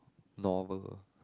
normal